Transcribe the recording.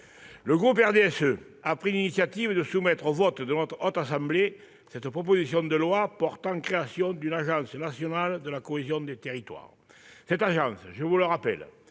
le groupe du RDSE a pris l'initiative de soumettre au vote de la Haute Assemblée cette proposition de loi portant création d'une agence nationale de la cohésion des territoires. Cette agence, je vous le rappelle,